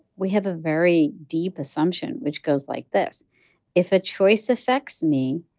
we have a very deep assumption, which goes like this if a choice affects me,